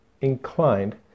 inclined